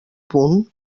punt